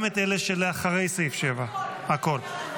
גם את אלה של אחרי סעיף 7. הכול.